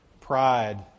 Pride